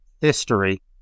history